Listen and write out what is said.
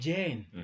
Jane